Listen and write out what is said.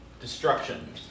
Destruction